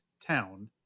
town